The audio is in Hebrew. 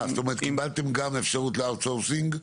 קיבלתם גם אפשרות ל-outsourcing?